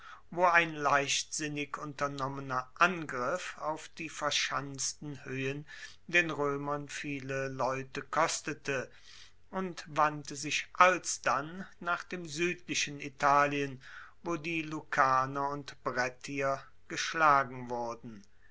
wo ein leichtsinnig unternommener angriff auf die verschanzten hoehen den roemern viele leute kostete und wandte sich alsdann nach dem suedlichen italien wo die lucaner und brettier geschlagen wurden